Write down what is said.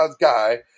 guy